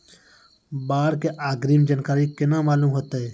बाढ़ के अग्रिम जानकारी केना मालूम होइतै?